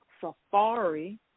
safari